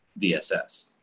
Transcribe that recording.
VSS